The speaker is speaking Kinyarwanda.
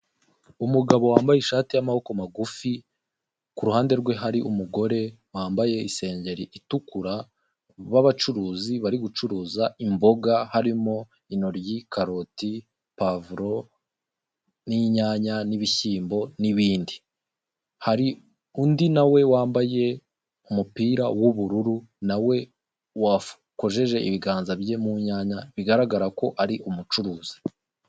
Umugabo wambaye ishati y'amaboko magufi ku ruhande rwe hari umugore wambaye isengeri itukura b'abacuruzi bari gucuruza imboga harimo inoryi, karoti, pavuro n'inyanya n'ibishyimbo n'ibindi hari undi nawe wambaye umupira w'ubururu nawe wakojeje ibiganza bye mu nyanya bigaragara ko ari umucuruzi.